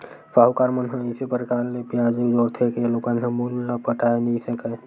साहूकार मन ह अइसे परकार ले बियाज जोरथे के लोगन ह मूल ल पटाए नइ सकय